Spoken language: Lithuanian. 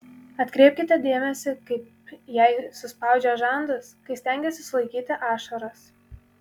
atkreipkite dėmesį kaip jei suspaudžia žandus kai stengiasi sulaikyti ašaras